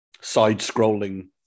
side-scrolling